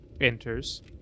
enters